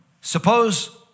Suppose